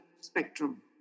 spectrum